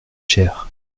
chers